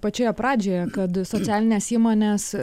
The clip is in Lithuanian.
pačioje pradžioje kad socialinės įmonės